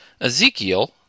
ezekiel